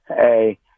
Hey